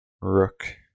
Rook